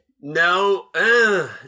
No